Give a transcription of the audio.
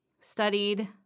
studied